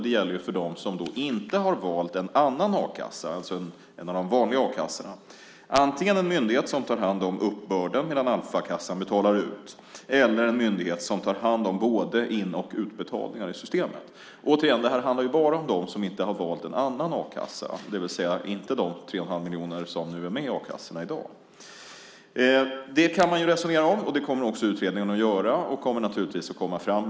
Det gäller för dem som inte har valt en annan a-kassa, det vill säga en av de vanliga a-kassorna. Antingen ska det vara en myndighet som tar hand om uppbörden medan Alfakassan betalar ut eller en myndighet som tar hand om både in och utbetalningar i systemet. Återigen handlar det här om bara de som inte har valt en annan a-kassa, inte de tre och en halv miljoner som är med i a-kassan i dag. Detta kan man resonera om, och det har utredningen att göra.